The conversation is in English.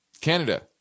Canada